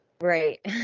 Right